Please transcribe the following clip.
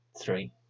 Three